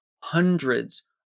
hundreds